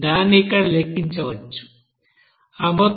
దాన్ని ఇక్కడ లెక్కించవచ్చు ఆ మొత్తం 62